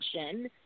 action